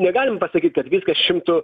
negalim pasakyt kad viskas šimtu